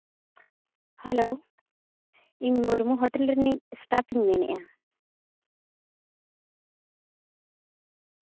hello ᱤᱧ ᱢᱩᱨᱢᱩ hotel ᱨᱤᱱᱤᱡ ᱥᱴᱟᱯ ᱤᱧ ᱢᱮᱱᱮᱫᱼᱟ